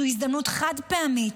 זו הזדמנות חד-פעמית,